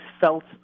felt